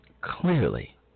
Clearly